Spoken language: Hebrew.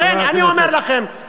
לכן אני אומר לכם,